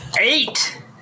Eight